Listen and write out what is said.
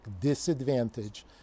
disadvantage